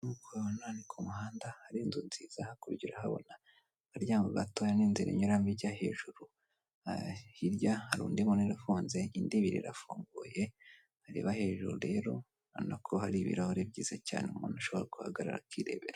Abantu benshi batandukanye bamwe baricaye abandi barahagaze umwe muri bo afite ibendera rifite amabara atatu atandukanye, harimo ibara ry'ubururu, ibara ry'umuhondo, n'ibara ry'icyatsi kibisi.